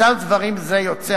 מצב דברים זה יוצר,